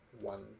one